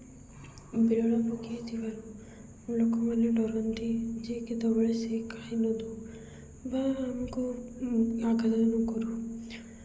ବିରଳ ପକ୍ଷୀ ଥିବାରୁ ଲୋକମାନେ ଡରନ୍ତି ଯେ କେତେବେଳେ ସେ ଖାଇ ନ ଦେଉ ବା ଆମକୁ ଆଘାତ ନକରୁ